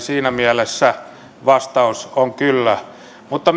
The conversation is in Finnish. siinä mielessä vastaus on kyllä mutta